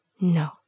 No